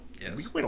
Yes